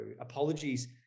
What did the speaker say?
Apologies